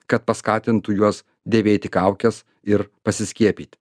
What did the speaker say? kad paskatintų juos dėvėti kaukes ir pasiskiepyti